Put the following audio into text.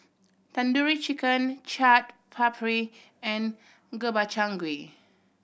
Tandoori Chicken Chaat Papri and Gobchang Gui